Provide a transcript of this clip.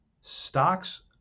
stocks